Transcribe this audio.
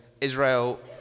Israel